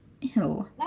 Ew